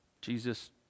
Jesus